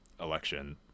election